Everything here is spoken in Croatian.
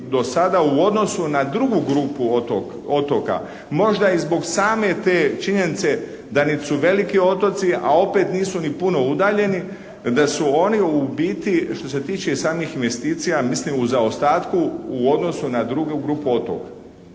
do sada u odnosu na drugu grupu otoka, možda i zbog same te činjenice da nit su veliki otoci, a opet nisu ni puno udaljeni, da su oni u biti što se tiče i samih investicija mislim u zaostatku u odnosu na drugu grupu otoka.